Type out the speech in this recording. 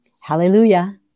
Hallelujah